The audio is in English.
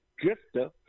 drifter